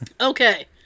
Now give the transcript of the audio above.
Okay